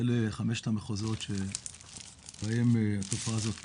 אלה חמשת המחוזות שבהם התופעה הזאת קיימת,